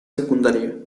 secundaria